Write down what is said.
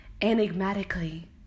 Enigmatically